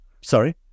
Sorry